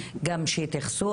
להתייחס.